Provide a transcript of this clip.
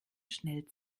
schnell